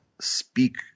speak